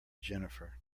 jennifer